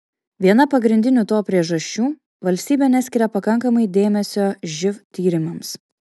viena pagrindinių to priežasčių valstybė neskiria pakankamai dėmesio živ tyrimams